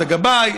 את הגבאי.